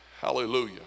Hallelujah